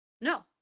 No